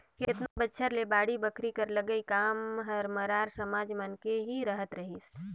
केतनो बछर ले बाड़ी बखरी कर लगई काम हर मरार समाज मन के ही रहत रहिस